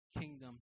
kingdom